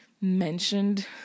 mentioned